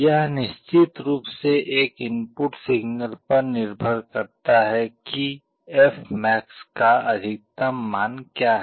यह निश्चित रूप से एक इनपुट सिग्नल पर निर्भर करता है कि fmax का अधिकतम का मान क्या है